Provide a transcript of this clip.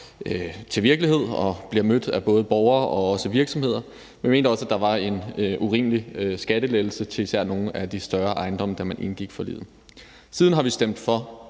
til virkelighed og bliver mødt af både borgere og virksomheder, og vi mente også, at der var en urimelig skattelettelse for især nogle af de større ejendomme, da man indgik forliget. Siden har vi stemt for